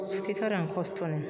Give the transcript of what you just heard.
सुथेथारो आं खस्थ'नो